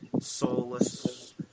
soulless